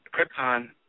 Krypton